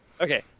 Okay